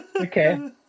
okay